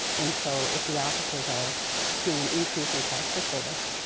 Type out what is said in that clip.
and so if the officers are seeing an increase in calls for service,